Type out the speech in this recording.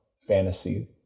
fantasy